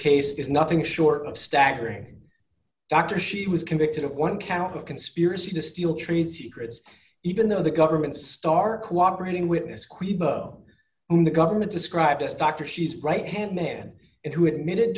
case is nothing short of staggering doctor she was convicted of one count of conspiracy to steal trade secrets even though the government start cooperating witness creba the government described as doctor she's right hand man who admit